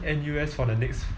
N_U_S for the next